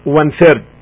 one-third